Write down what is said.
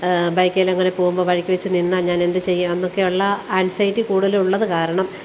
ബൈക്കിലങ്ങനെ പോകുമ്പോൾ വഴിക്ക് വച്ച് നിന്നാൽ ഞാനെന്ത് ചെയ്യും എന്നൊക്കെയുള്ള ആങ്ങ്സൈറ്റി കൂടുതലുള്ളത് കാരണം